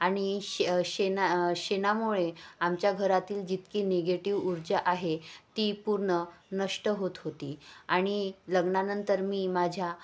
आणि शे शेण शेणामुळे आमच्या घरातील जितकी निगेटिव ऊर्जा आहे ती पूर्ण नष्ट होत होती आणि लग्नानंतर मी माझ्या